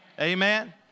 Amen